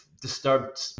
disturbed